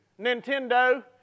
Nintendo